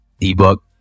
ebook